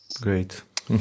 Great